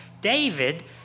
David